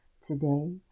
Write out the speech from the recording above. Today